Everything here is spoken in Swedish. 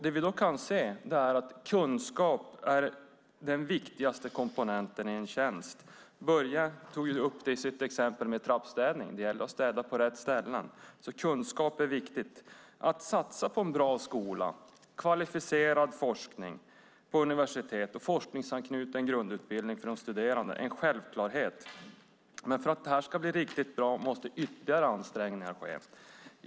Det vi då kan se är att kunskap är den viktigaste komponenten i en tjänst. Börje tog upp det i sitt exempel med trappstädning. Det gäller att städa på rätt ställen. Kunskap är viktigt. Att satsa på en bra skola, kvalificerad forskning på universitet och forskningsanknuten grundutbildning för de studerande är en självklarhet, men för att det ska bli riktigt bra måste det göras ytterligare ansträngningar.